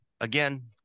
again